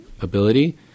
ability